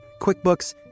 QuickBooks